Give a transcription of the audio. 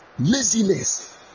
laziness